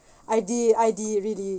I did I did really